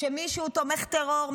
לגבי מי שהוא תומך טרור,